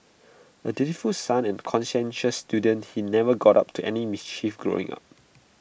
A dutiful son and conscientious student he never got up to any mischief growing up